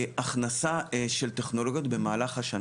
הכנסה של טכנולוגיות במהלך השנה.